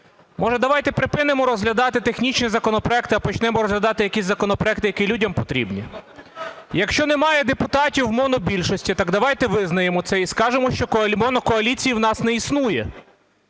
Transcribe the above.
може, давайте припинимо розглядати технічні законопроекти, а почнемо розглядати якісь законопроекти, які людям потрібні? Якщо немає депутатів монобільшості, так давайте визнаємо це і скажемо, що монокоаліції в нас не існує.